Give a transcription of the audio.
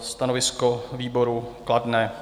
Stanovisko výboru kladné.